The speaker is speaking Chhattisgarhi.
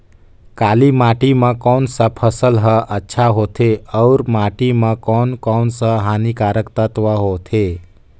काली माटी मां कोन सा फसल ह अच्छा होथे अउर माटी म कोन कोन स हानिकारक तत्व होथे?